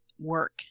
work